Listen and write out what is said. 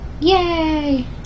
Yay